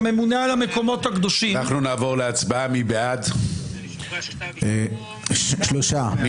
רב הכותל --- נצביע על הסתייגות 207 מי בעד?